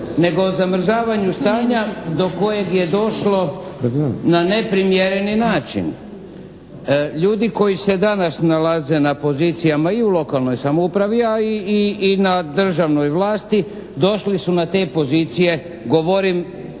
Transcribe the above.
nego zamrzavanju stanja do kojeg je došlo na neprimjereni način. Ljudi koji se danas nalaze na pozicijama i u lokalnoj samoupravi a i na državnoj vlasti, došli su na te pozicije, govorim